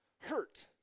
hurt